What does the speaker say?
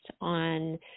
on